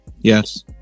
Yes